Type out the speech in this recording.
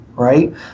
Right